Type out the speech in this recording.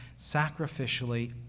sacrificially